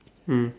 mm